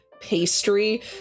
pastry